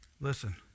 Listen